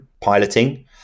piloting